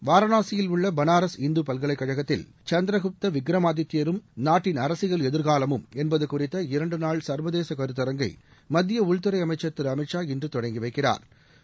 வாரணாசியில் உள்ள பனாரஸ் இந்து பல்கலைக்கழகத்தில் சந்திரகுப்த விக்ரமாதித்யரும் நாட்டின் அரசியல் எதிர்காலமும் என்பது குறித்த இரண்டு நாள் கர்வதேச கருத்தரங்கை மத்திய உள்துறை அமைச்சள் திரு அமித்ஷா இன்று தொடங்கி வைக்கிறாா்